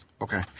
Okay